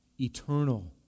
eternal